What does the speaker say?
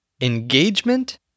engagement